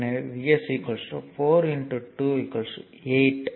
எனவே V s 4 2 8 volt ஆகும்